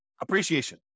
appreciation